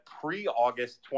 pre-August